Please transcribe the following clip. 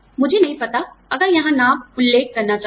मुझे नहीं पता अगर यहाँ नाम उल्लेख करना चाहिए